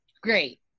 Great